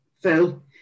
Phil